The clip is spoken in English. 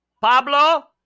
Pablo